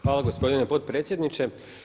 Hvala gospodine potpredsjedniče.